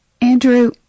Andrew